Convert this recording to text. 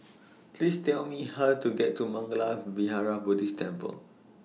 Please Tell Me How to get to Mangala Vihara Buddhist Temple